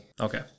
okay